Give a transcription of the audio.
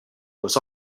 was